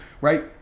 right